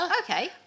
Okay